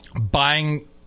buying